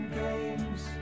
games